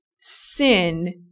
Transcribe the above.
sin